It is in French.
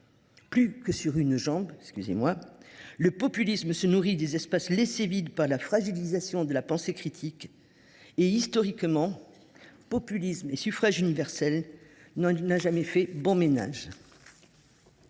plus que sur une jambe. Le populisme se nourrit des espaces laissés vides par la fragilisation de la pensée critique. Historiquement, populisme et suffrage universel n’ont jamais fait bon ménage.